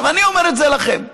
אני אומר את זה לכם.